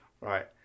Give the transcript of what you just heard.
right